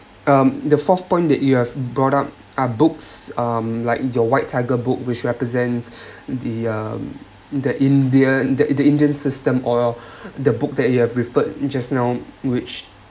um the fourth point that you have brought up are books um like your white tiger book which represents the um the india the indian system or the book that you have referred just now which